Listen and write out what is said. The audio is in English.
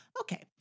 okay